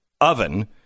oven